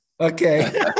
okay